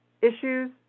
issues